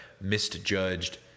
misjudged